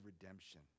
redemption